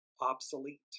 obsolete